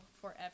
forever